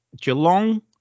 Geelong